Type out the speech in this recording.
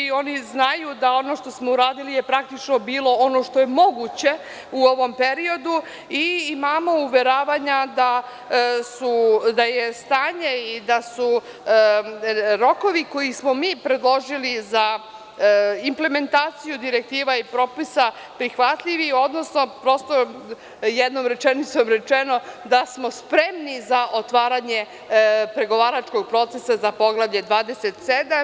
Oni znaju da ono što smo uradili je praktično bilo ono što je moguće u ovom periodu i imamo uveravanja da je stanje i da su rokovi koje smo mi predložili za implementaciju direktiva i propisa prihvatljivi, odnosno prosto jednom rečenicom rečeno - da smo spremni za otvaranje pregovaračkog procesa za Poglavlje 27.